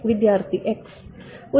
വിദ്യാർത്ഥി X